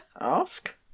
Ask